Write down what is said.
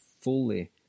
fully